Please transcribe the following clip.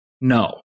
no